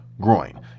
groin